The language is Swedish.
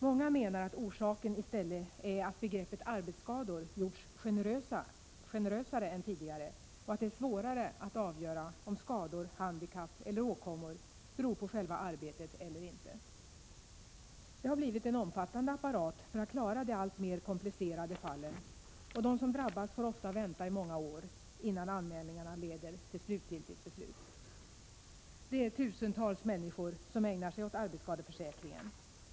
Många menar att orsaken i stället är att begreppet arbetsskador gjorts generösare än tidigare och att det är svårare att avgöra om skador, handikapp eller åkommor beror på själva arbetet eller inte. Det har blivit en omfattande apparat för att klara de alltmer komplicerade fallen, och de som drabbas får ofta vänta i många år innan anmälningarna = Prot. 1987/88:31 leder till slutgiltigt beslut. 25 november 1987 Tusentals människor ägnar sig åt arbetsskadeförsäkringen.